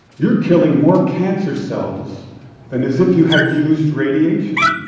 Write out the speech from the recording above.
you're killing more cancer cells than as if you had used radiation.